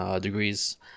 degrees